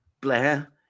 blair